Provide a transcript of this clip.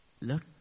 look